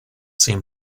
seem